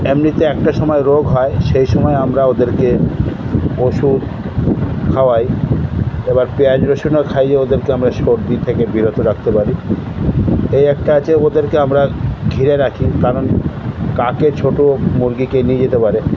এমনিতে একটা সময় রোগ হয় সেই সময় আমরা ওদেরকে ওষুধ খাওয়াই এবার পেঁয়াজ রসুনও খাইয়ে ওদেরকে আমরা সর্দি থেকে বিরত রাখতে পারি এই একটা আছে ওদেরকে আমরা ঘিরে রাখি কারণ কাকে ছোটো মুরগিকে নিয়ে যেতে পারে